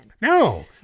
No